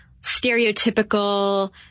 stereotypical